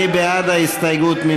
מי בעד ההסתייגות?